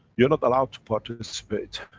you're allowed to participate,